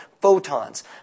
photons